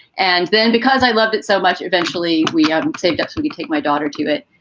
and then because i loved it so much. eventually we ah say that's some you take my daughter to it.